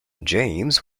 james